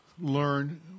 learn